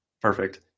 Perfect